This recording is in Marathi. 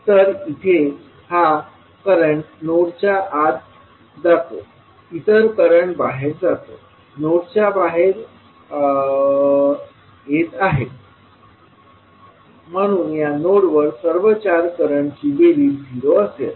तर इथे हा करंट नोडच्या आत जातो इतर करंट बाहेर जातो नोडच्या बाहेर येत आहे म्हणून या नोडवर सर्व चार करंटची बेरीज 0 असेल